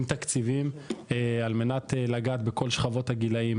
תקציבים על מנת לגעת בכל שכבות הגילאים.